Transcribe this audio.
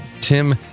Tim